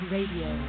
Radio